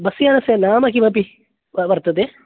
bus यानस्य नाम किमपि वर्तते